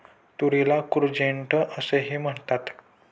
तुरीला कूर्जेट असेही म्हणतात